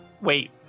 wait